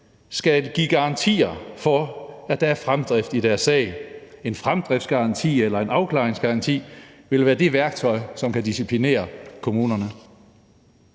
skal give garantier for, at der er fremdrift i deres sag; en fremdriftsgaranti eller en afklaringsgaranti vil være det værktøj, som kan disciplinere kommunerne.